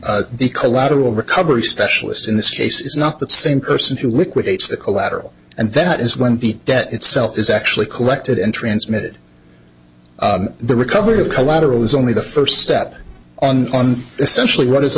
the collateral recovery specialist in this case is not the same person who liquidates the collateral and that is one beat that itself is actually collected and transmitted the recovery of collateral is only the first step on on essentially what is a